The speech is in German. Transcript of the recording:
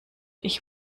ich